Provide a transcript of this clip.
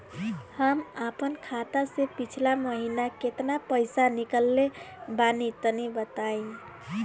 हम आपन खाता से पिछला महीना केतना पईसा निकलने बानि तनि बताईं?